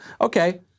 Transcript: okay